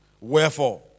Wherefore